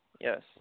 yes